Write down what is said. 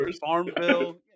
Farmville